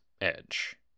edge